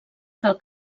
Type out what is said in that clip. cal